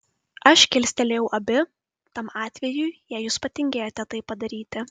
aš kilstelėjau abi tam atvejui jei jūs patingėjote tai padaryti